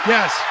Yes